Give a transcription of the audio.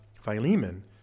Philemon